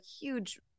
huge